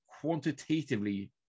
quantitatively